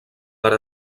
per